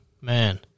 man